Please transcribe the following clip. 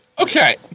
Okay